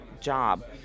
job